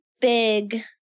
big